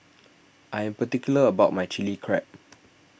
I am particular about my Chili Crab